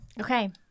okay